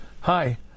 hi